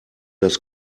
das